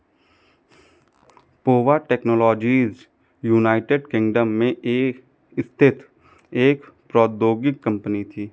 Pova technologies United Kingdom में स्थित एक प्रौद्योगिक कंपनी थी